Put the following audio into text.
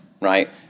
right